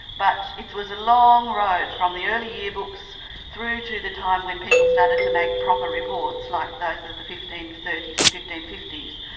but it was a long road from the early year-books through to the time when people started to make proper reports like those of the fifteen thirty s and fifteen fifty s,